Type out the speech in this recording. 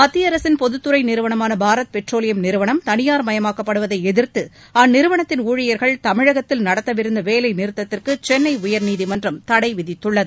மத்திய பொதுத்துறை நிறுவனமான பாரத் பெட்ரோலியம் நிறுவனம் அரசின் தனியார்மயமாக்கப்படுவதை எதிர்த்து அந்நிறுவனத்தின் ஊழியர்கள் தமிழகத்தில் நடத்தவிருந்த வேலை நிறுத்தத்திற்கு சென்னை உயர்நீதிமன்றம் தடை விதித்துள்ளது